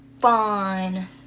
fine